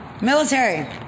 Military